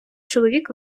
чоловік